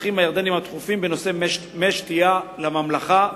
לצרכים הירדניים הדחופים בנושא מי שתייה לממלכה.